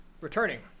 returning